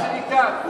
אם זה ניתן?